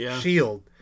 SHIELD